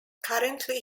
currently